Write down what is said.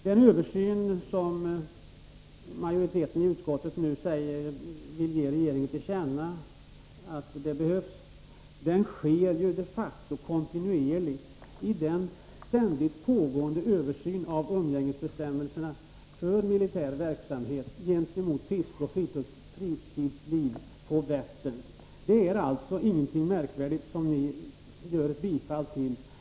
Den översyn som utskottsmajoriteten nu vill begära hos regeringen genom ett tillkännagivande sker de facto kontinuerligt i den ständigt pågående översynen av umgängesbestämmelserna för militär verksamhet gentemot fiske och fritidsliv på Vättern. Det är alltså ingenting märkvärdigt som ni yrkar på.